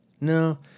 no